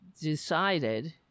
decided